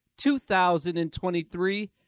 2023